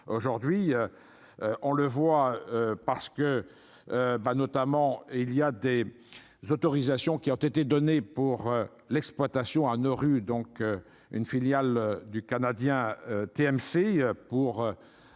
aujourd'hui on le voit, parce que bah notamment et il y a des autorisations qui ont été données pour l'exploitation à Nauru donc une filiale du Canadien TMC pour